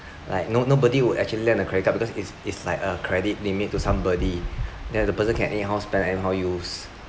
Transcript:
like no~ nobody will actually lend a credit card because it's it's like a credit limit to somebody there the person can anyhow spend anyhow use